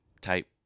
type